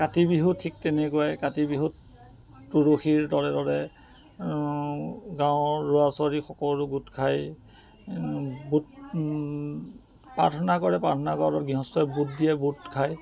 কাতি বিহু ঠিক তেনেকুৱাই কাতি বিহুত তুলসীৰ তলে তলে গাঁৱৰ ল'ৰা ছোৱালী সকলো গোট খাই গোট প্ৰাৰ্থনা কৰে প্ৰাৰ্থনা কৰোতে গৃহস্থই বুট দিয়ে বুট খায়